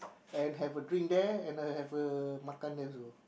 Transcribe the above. and have a drink there and have a makan there also